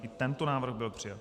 I tento návrh byl přijat.